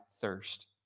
thirst